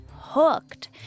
Hooked